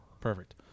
Perfect